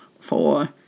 four